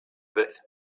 with